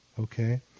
okay